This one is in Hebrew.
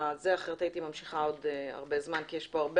הדיון כי אחרת הייתי ממשיכה עוד הרבה זמן כי יש כאן הרבה